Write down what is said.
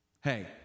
Hey